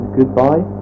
goodbye